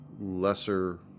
lesser